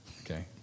Okay